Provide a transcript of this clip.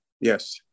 Yes